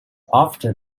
after